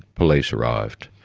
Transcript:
police arrived.